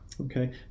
okay